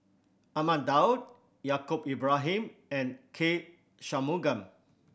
Ahmad Daud Yaacob Ibrahim and K Shanmugam